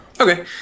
Okay